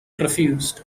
refused